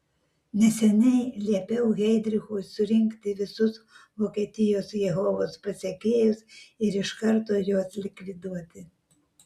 neseniai liepiau heidrichui surinkti visus vokietijos jehovos pasekėjus ir iš karto juos likviduoti